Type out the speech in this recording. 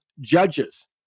judges